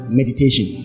meditation